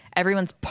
everyone's